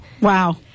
Wow